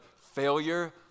Failure